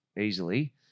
easily